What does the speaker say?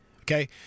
Okay